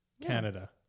Canada